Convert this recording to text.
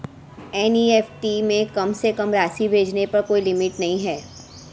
NEFT में कम से कम राशि भेजने पर कोई लिमिट नहीं है